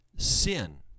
sin